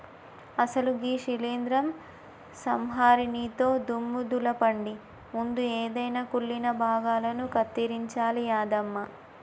అసలు గీ శీలింద్రం సంహరినితో దుమ్ము దులపండి ముందు ఎదైన కుళ్ళిన భాగాలను కత్తిరించాలి యాదమ్మ